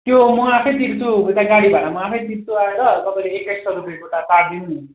त्यो म आफैँतिर्छु यता गाडी भाडा म आफैँ तिर्छु आएर तपाईँले एक्काइस सय रुपे गोटा पारिदिनु नि